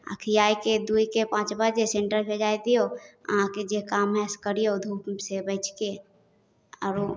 आओर खिआइके दुहिके पाँच बजे सेन्टरपर जाइ दिऔ अहाँके जे काम हइ से करिऔ धूपसँ बचिके आओर